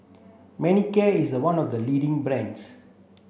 Manicare is one of the leading brands